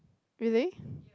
really